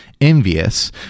envious